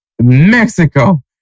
Mexico